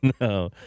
no